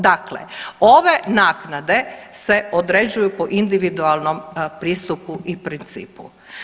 Dakle, ove naknade se određuju prema individualnom pristupu i principu.